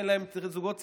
זוגות צעירים,